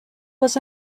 was